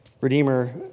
Redeemer